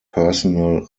personal